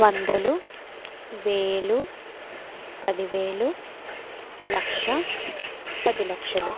వందలు వేలు పది వేలు లక్ష పది లక్షలు